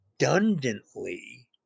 redundantly